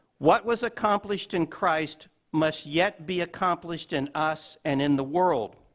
what was accomplished in christ must yet be accomplished in us and in the world.